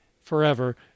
forever